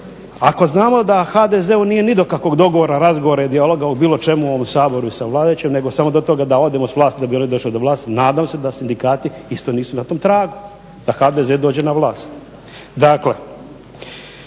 Ako znamo da HDZ-u nije do nikakvog dogovora, razgovora i dijaloga o bilo čemu u ovom Saboru sa vladajućim nego samo do toga da odemo s vlasti da bi oni došli do vlasti, nadam se da sindikati isto nisu na tom tragu da HDZ dođe na vlast.